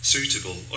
suitable